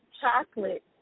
chocolate